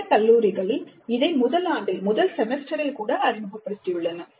சில கல்லூரிகள் இதை முதல் ஆண்டில்முதல் செமஸ்டரில் கூட அறிமுகப்படுத்தியுள்ளன